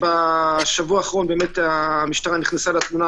בשבוע האחרון המשטרה נכנסה לתמונה